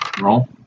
Roll